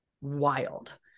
wild